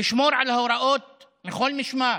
לשמור על ההוראות מכל משמר